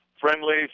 friendly